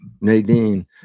Nadine